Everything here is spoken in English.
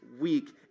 week